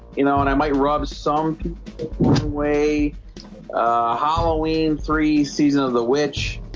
you know, and i might rub some way halloween three season of the witch